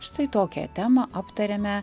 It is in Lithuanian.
štai tokią temą aptarėme